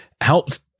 helped